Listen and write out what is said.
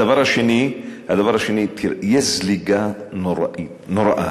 הדבר השני: יש זליגה נוראה